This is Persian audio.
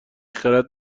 خرد